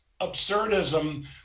absurdism